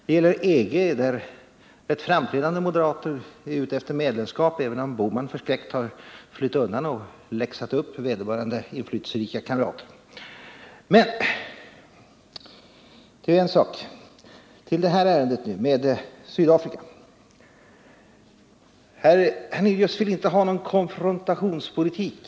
Det gäller EG, där rätt framträdande moderater är ute efter medlemskap även om herr Bohman förskräckt har flytt undan och läxat upp vederbörande inflytelserika kamrater. Men det är en sak. Nu till detta ärende och Sydafrika. Herr Hernelius vill inte ha någon konfrontationspolitik.